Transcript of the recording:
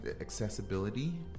Accessibility